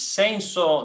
senso